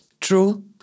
True